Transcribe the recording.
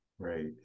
Right